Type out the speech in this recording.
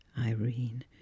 Irene